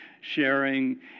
sharing